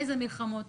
איזה מלחמות,